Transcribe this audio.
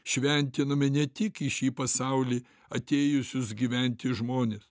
šventinami ne tik į šį pasaulį atėjusius gyventi žmones